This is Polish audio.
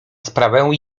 sprawę